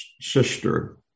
sister